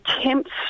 attempts